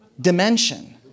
dimension